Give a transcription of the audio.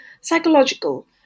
psychological